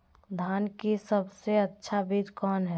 धान की सबसे अच्छा बीज कौन है?